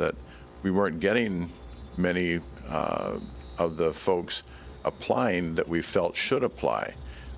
that we weren't getting many of the folks applying that we felt should apply